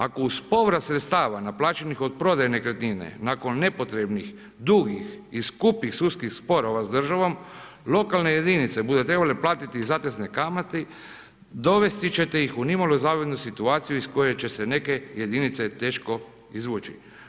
Ako uz povrat sredstava naplaćenih od prodaje nekretnine nakon nepotrebnih, dugih i skupih sudskih sporova s državom lokalne jedinice budu trebale platiti zatezne kamate, dovest ćete ih u nimalo zavidnu situaciju iz koje će se neke jedinice teško izvući.